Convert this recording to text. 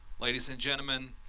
ladies and gentlemen,